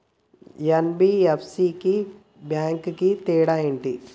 NBFC కి bank కి తేడా ఏంటి?